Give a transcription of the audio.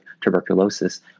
tuberculosis